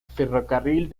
ferrocarril